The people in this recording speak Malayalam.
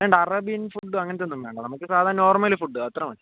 വേണ്ട അറേബ്യൻ ഫുഡ് അങ്ങനത്തെ ഒന്നും വേണ്ട നമുക്ക് സാധാ നോർമൽ ഫുഡ് അത്ര മതി